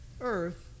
earth